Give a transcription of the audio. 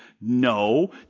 No